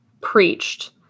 preached